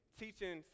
teaching